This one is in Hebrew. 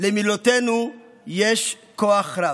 למילותינו יש כוח רב.